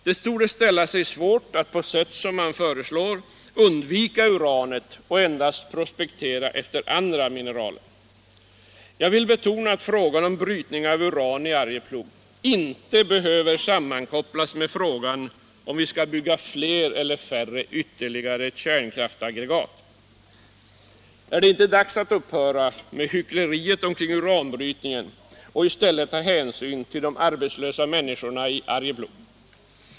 Det torde ställa sig svårt att på sätt som man föreslår undvika uranet och endast prospektera efter andra mineraler. Jag vill betona att frågan om brytning av uran i Arjeplog inte behöver sammankopplas med frågan huruvida vi skall bygga fler eller färre ytterligare kärnkraftsaggregat. Är det inte dags att upphöra med hyckleriet omkring uranbrytningen och i stället ta hänsyn till de arbetslösa människorna i Arjeplog?